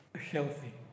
healthy